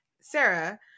Sarah